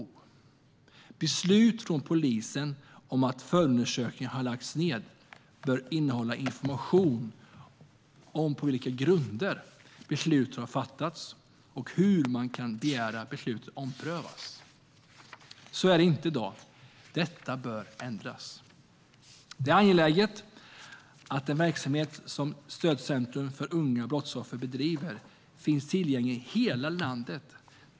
Ett beslut från polisen om att en förundersökning har lagts ned bör innehålla information om på vilka grunder beslutet fattats och hur man kan begära att beslutet omprövas. Så är det inte i dag. Detta bör ändras. Det är angeläget att den verksamhet som bedrivs av stödcentrum för unga brottsoffer finns tillgänglig i hela landet.